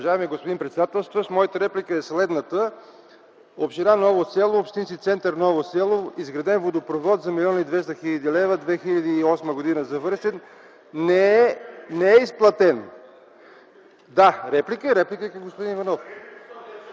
Да, реплика е към господин Иванов.